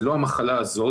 לא למחלה הזאת,